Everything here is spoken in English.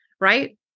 Right